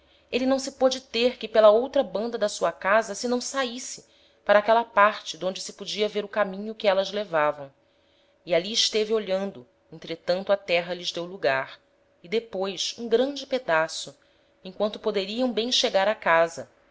êle não se pôde ter que pela outra banda da sua casa se não saisse para aquela parte d'onde se podia ver o caminho que élas levavam e ali esteve olhando entretanto a terra lhes deu lugar e depois um grande pedaço em quanto poderiam bem chegar a casa